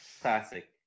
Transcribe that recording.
Classic